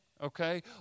okay